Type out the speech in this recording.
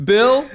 Bill